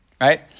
Right